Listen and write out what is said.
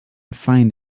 find